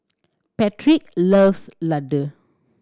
Patric loves Ladoo